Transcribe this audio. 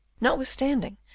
notwithstanding